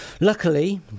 luckily